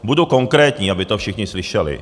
Budu konkrétní, aby to všichni slyšeli.